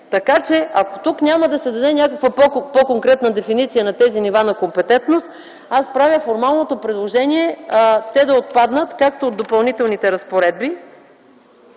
Така че, ако тук няма да се даде някаква по-конкретна дефиниция на тези нива на компетентност, аз правя формалното предложение те да отпаднат, както от Допълнителните разпоредби